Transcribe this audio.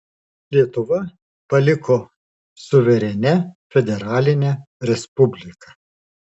lietuva paliko suverenia federaline respublika